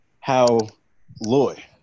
How-loy